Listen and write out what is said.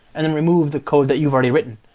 and then remove the code that you've already written.